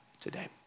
today